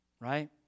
right